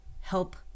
help